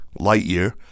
Lightyear